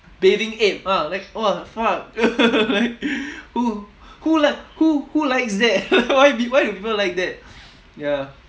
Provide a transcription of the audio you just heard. bathing ape ah like !wah! fuck like who who like who who likes that why pe~ why do people like that ya